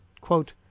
Quote